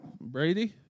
Brady